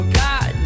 god